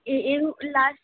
এ এরম লাস্ট